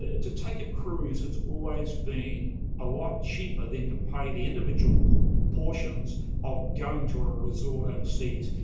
ah to take a cruise, it's always been a lot cheaper than to pay the individual portions of going to a resort overseas,